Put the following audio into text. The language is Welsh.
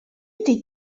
wedi